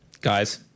guys